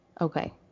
Okay